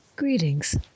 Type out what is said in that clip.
Greetings